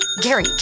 Gary